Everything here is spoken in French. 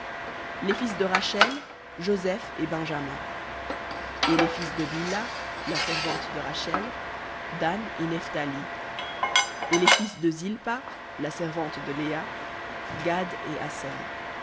les fils de rachel joseph et benjamin et les fils de bilha la servante de rachel dan et nephthali et les fils de zilpa la servante de léa gad et aser